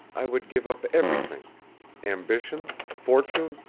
i would give up everything ambition, fortune,